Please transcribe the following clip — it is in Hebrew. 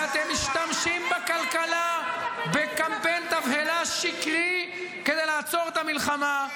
ואתם משתמשים בכלכלה בקמפיין תבהלה שקרי כדי לעצור את המלחמה.